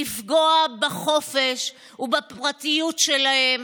לפגוע בחופש ובפרטיות שלהם.